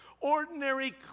Ordinary